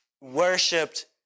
worshipped